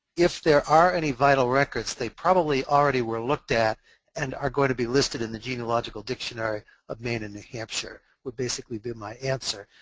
if there are any vital records, they probably already were looked at and are going to be listed in the genealogical dictionary of maine and new hampshire. that would basically be my answer.